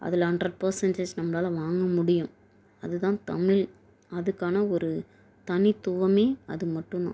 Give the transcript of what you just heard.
அதில் hundred percentages நம்மளால் வாங்க முடியும் அது தான் தமிழ் அதுக்கான ஒரு தனித்துவமே அது மட்டுந்தான்